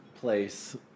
place